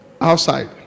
outside